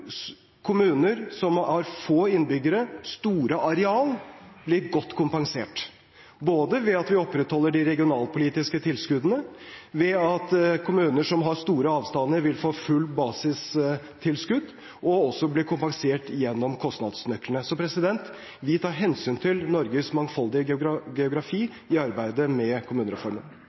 kommuner som har få innbyggere, store areal, blir godt kompensert – ved at vi opprettholder de regionalpolitiske tilskuddene, og ved at kommuner som har store avstander, vil få fullt basistilskudd og også bli kompensert gjennom kostnadsnøklene. Vi tar hensyn til Norges mangfoldige geografi i arbeidet med kommunereformen.